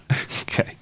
okay